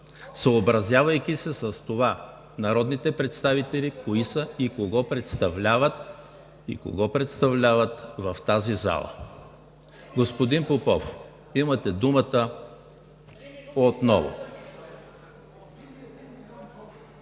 съобразявайки се с това народните представители кои са и кого представляват в тази зала. Господин Попов, имате думата отново.